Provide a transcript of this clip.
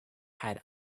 had